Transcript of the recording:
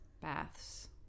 Baths